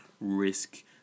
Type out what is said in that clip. risk